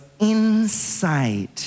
inside